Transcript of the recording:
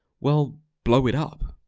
well, blow it up!